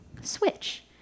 switch